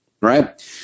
right